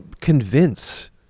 convince